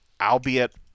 albeit